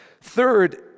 Third